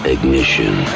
Ignition